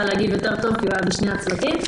להגיב טוב יותר כי הוא היה בשני הצוותים.